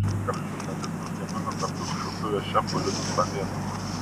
šįkart žurnalistas gamino kartu su virtuvės šefu linu samėnu